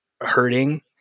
hurting